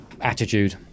attitude